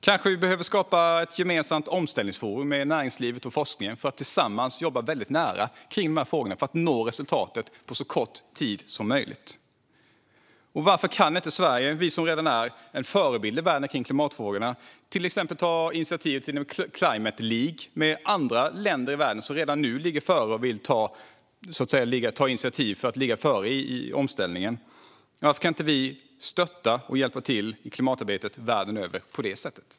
Kanske behöver vi skapa ett omställningsforum tillsammans med näringslivet och forskningen så att vi kan jobba väldigt nära varandra kring dessa frågor för att nå resultatet på så kort tid som möjligt. Och varför kan inte Sverige, som redan är en förebild i världen när det gäller klimatfrågorna, till exempel ta initiativ till en Climate League med länder som redan nu ligger före och som vill ta initiativ för att ligga före i omställningen? Varför kan vi inte hjälpa till i klimatarbetet världen över på det sättet?